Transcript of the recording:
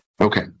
okay